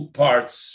parts